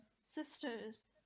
sisters